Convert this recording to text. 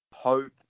Hope